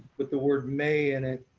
with the word may in it,